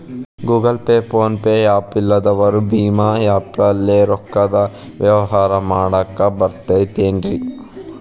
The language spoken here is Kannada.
Google Pay, PhonePe app ಇಲ್ಲದವರು ಭೇಮಾ ಆ್ಯಪ್ ಲೇ ರೊಕ್ಕದ ವ್ಯವಹಾರ ಮಾಡಾಕ್ ಬರತೈತೇನ್ರೇ?